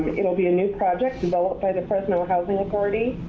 it'll be a new project developed by the fresno housing authority.